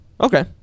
Okay